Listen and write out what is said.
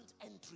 entry